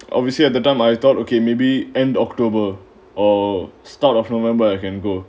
obviously at that time I thought okay maybe end october or start of november I can go